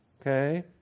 Okay